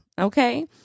Okay